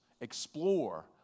Explore